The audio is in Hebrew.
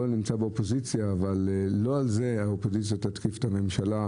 באופוזיציה אבל לא על זה האופוזיציה תתקיף את הממשלה,